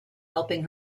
helping